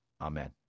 Amen